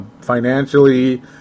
financially